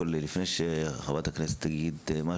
לפני שחברת הכנסת תגיד,